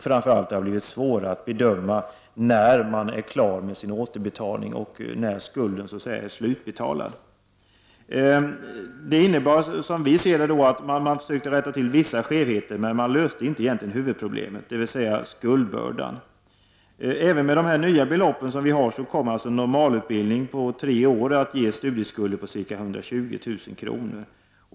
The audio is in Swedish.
Framför allt har det blivit svårare att be döma när man är klar med sin återbetalning och skulden är slutbetald. Som vi ser det försökte man rätta till vissa skevheter, men man löste egentligen inte huvudproblemet, dvs. skuldbördan. Även med det nya beloppet kommer en normalutbildning på tre år att ge studieskulder på ca 120 000 kr.